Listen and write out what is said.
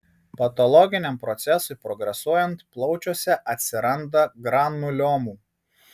patologiniam procesui progresuojant plaučiuose atsiranda granuliomų